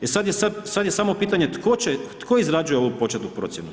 E sad je samo pitanje tko izrađuje ovu početnu procjenu?